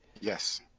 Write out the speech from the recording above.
Yes